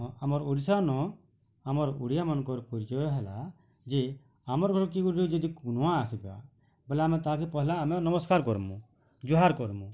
ହଁ ଆମର୍ ଓଡ଼ିଶା ନ ଆମର୍ ଓଡ଼ିଆମାନଙ୍କର ପରିଚୟ ହେଲା ଯେ ଆମର୍ ଘର୍ କେ କିଏ ଗୋଟେ ଯଦି କୁଣିଆ ଆସିବା ବୋଲେ ଆମେ ପହେଲା୍ ଆମେ ନମସ୍କାର୍ କରମୁଁ ଜୁହାର୍ କରମୁଁ